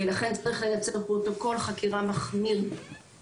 לכן צריך לייצר פרוטוקול חקירה מחמירה